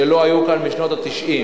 שלא היו כאן משנות ה-90.